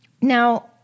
Now